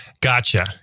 Gotcha